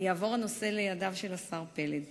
הפעילות